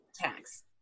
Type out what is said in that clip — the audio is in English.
tax